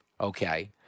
Okay